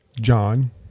John